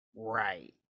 Right